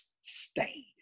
stay